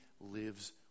lives